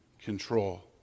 control